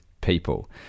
people